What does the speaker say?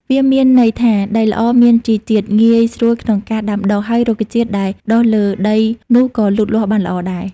វាមានន័យថា ដីល្អមានជីជាតិ ងាយស្រួលក្នុងការដាំដុះ ហើយរុក្ខជាតិដែលដុះលើដីនោះក៏លូតលាស់បានល្អដែរ។